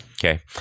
okay